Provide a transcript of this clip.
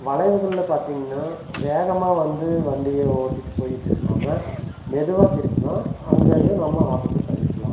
வளைவுகளில் பார்த்தீங்கன்னா வேகமாக வந்து வண்டியை ஓட்டிகிட்டு போய் திரும்பாம மெதுவாக திருப்பினா அங்கேயும் நம்ம ஆபத்தை தவிர்க்கலாம்